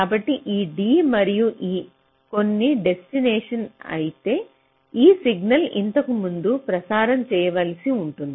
కాబట్టి ఈ d మరియు e కొన్ని డెస్టినేషన్ అయితే ఈ సిగ్నల్ ఇంతకు ముందు ప్రసారం చేయవలసి ఉంటుంది